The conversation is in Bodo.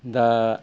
दा